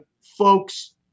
folks